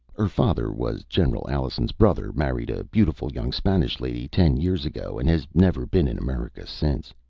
her father was general alison's brother married a beautiful young spanish lady ten years ago, and has never been in america since.